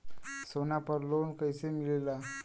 सोना पर loan कइसे मिलेला?